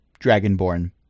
dragonborn